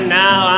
now